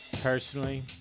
personally